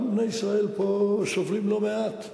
גם בני ישראל פה סובלים לא מעט,